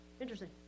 Interesting